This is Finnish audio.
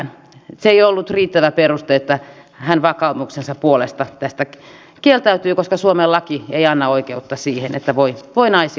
se ei ollut riittävä peruste että hän vakaumuksensa puolesta tästä kieltäytyi koska suomen laki ei anna oikeutta siihen että voi naisia syrjiä